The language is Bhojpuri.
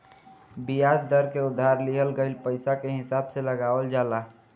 बियाज दर के उधार लिहल गईल पईसा के हिसाब से लगावल जाला